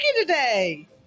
today